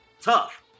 tough